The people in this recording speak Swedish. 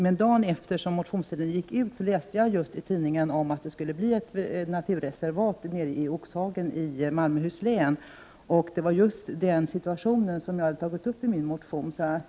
Men dagen efter det att motionstiden hade gått ut läste jag i tidningen att det skulle bli ett naturreservat i Oxhagen i Malmöhus län, och det var just situationen där som jag hade tagit upp i min motion.